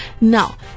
Now